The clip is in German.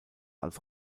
als